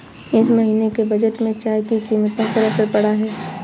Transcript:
इस महीने के बजट में चाय की कीमतों पर असर पड़ा है